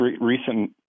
recent